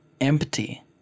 empty